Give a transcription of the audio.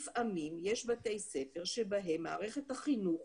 לפעמים יש בתי ספר שבהם מערכת החינוך